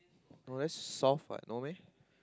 no that's soft what no meh